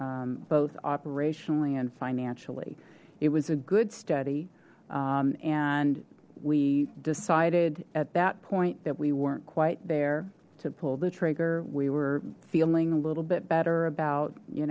both operationally and financially it was a good study and we decided at that point that we weren't quite there to pull the trigger we were feeling a little bit better about you